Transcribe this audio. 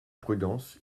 prudence